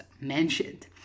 mentioned